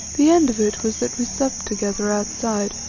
the end of it was that we supped together outside,